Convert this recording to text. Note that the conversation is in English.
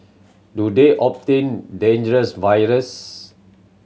do they obtain dangerous viruses